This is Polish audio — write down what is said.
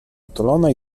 otulona